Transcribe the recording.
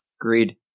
Agreed